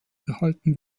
gehalten